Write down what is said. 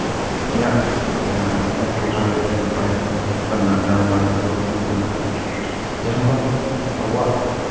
ᱤᱧᱟᱜ ᱡᱟᱦᱟᱸ ᱤᱧᱟᱜ ᱴᱚᱴᱷᱟᱨᱮ ᱱᱟᱯᱟᱭ ᱧᱟᱢ ᱞᱟᱹᱠᱛᱤ ᱫᱚ ᱦᱩᱭᱩᱜ ᱠᱟᱱᱟ ᱡᱟᱦᱟᱸ ᱫᱚ ᱟᱵᱚᱣᱟᱜ